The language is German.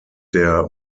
der